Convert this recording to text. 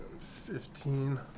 fifteen